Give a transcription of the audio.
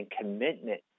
commitment